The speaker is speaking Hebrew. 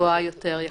גבוהה יותר,